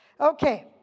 Okay